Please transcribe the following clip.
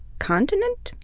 continent.